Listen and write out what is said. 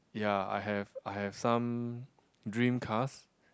ya I have I have some dream cars